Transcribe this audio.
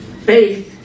Faith